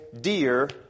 dear